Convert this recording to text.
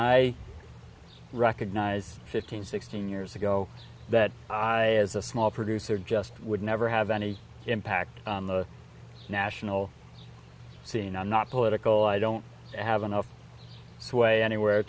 i recognize fifteen sixteen years ago that as a small producer just would never have any impact on the national scene i'm not political i don't have enough sway anywhere